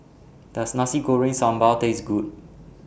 Does Nasi Goreng Sambal Taste Good